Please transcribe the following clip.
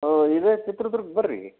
ಹ್ಞೂ ಇದೇ ಚಿತ್ರದುರ್ಗಕ್ಕೆ ಬರ್ರೀ